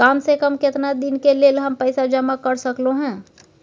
काम से कम केतना दिन के लेल हम पैसा जमा कर सकलौं हैं?